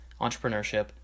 entrepreneurship